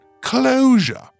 closure